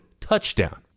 Touchdown